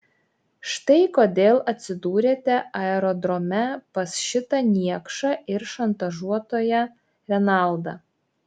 štai kodėl atsidūrėte aerodrome pas šitą niekšą ir šantažuotoją renaldą